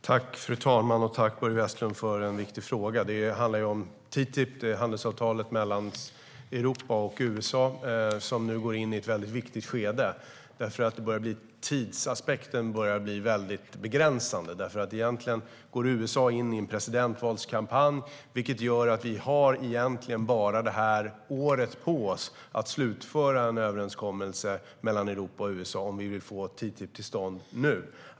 Fru talman! Tack, Börje Vestlund, för en viktig fråga! Det handlar om TTIP, handelsavtalet mellan Europa och USA, där förhandlingarna nu går in i ett mycket viktigt skede. Tidsaspekten börjar bli väldigt begränsande. USA går in i en presidentvalskampanj, och det gör att vi egentligen har bara det här året på oss för att slutföra en överenskommelse mellan Europa och USA, om vi vill få TTIP till stånd nu.